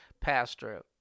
pastor